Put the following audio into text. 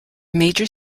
major